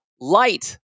light